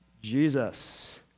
jesus